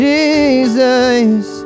Jesus